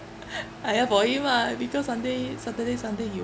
I have for him mah because sunday saturday sunday he